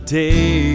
day